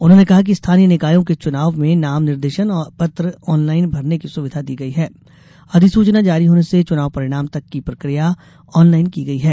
उन्होंने कहा कि स्थानीय निकायों के चुनाव में नाम निर्देशन पत्र ऑनलाईन भरने की सुविधा दी गई है आधिसूचना जारी होने से चुनाव परिणाम तक की प्रक्रिया ऑनलाईन की गई है